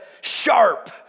sharp